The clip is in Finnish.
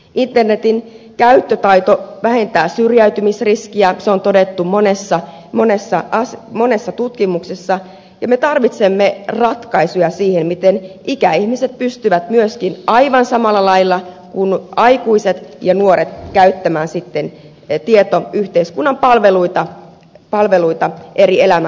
internetin käyttötaito vähentää syrjäytymisriskiä se on todettu monessa tutkimuksessa ja me tarvitsemme ratkaisuja siihen miten ikäihmiset pystyvät myöskin aivan samalla lailla kuin aikuiset ja nuoret käyttämään sitten tietoyhteiskunnan palveluita eri elämänvaiheissa